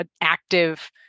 active